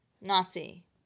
Nazi